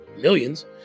millions